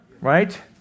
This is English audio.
Right